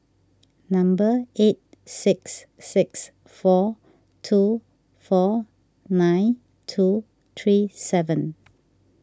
number eight six six four two four nine two three seven